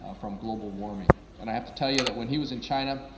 ah from global warming. and i have to tell you that when he was in china,